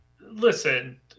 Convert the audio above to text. Listen